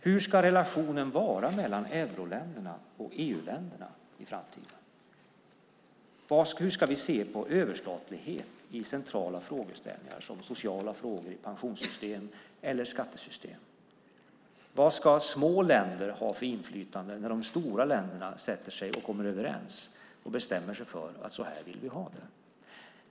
Hur ska relationen vara mellan euroländerna och EU-länderna i framtiden? Hur ska vi se på överstatlighet i centrala frågeställningar som sociala frågor, pensionssystem och skattesystem? Vilket inflytande ska små länder ha när de stora länderna sätter sig och kommer överens och bestämmer sig för att de vill ha det på ett visst sätt?